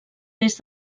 des